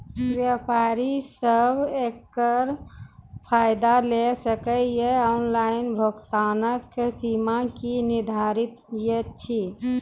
व्यापारी सब एकरऽ फायदा ले सकै ये? ऑनलाइन भुगतानक सीमा की निर्धारित ऐछि?